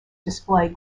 display